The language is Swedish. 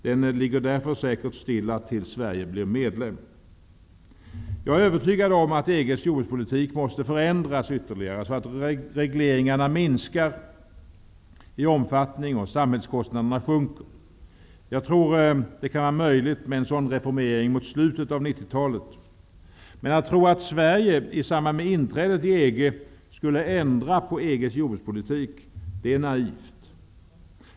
Den ligger därför säkert stilla tills Sverige blir medlem. Jag är övertygad om att EG:s jordbrukspolitik måste förändras ytterligare, så att regleringarna minskar i omfattning och samhällskostnaderna sjunker. Jag tror det kan vara möjligt med en sådan reformering mot slutet av 1990-talet. Men att tro att Sverige i samband med inträdet i EG skulle ändra på EG:s jordbrukspolitik är naivt.